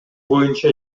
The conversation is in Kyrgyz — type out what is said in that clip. боюнча